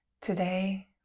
today